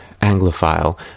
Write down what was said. Anglophile